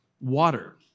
water